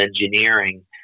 Engineering